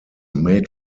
made